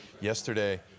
yesterday